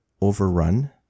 overrun